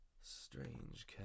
Strange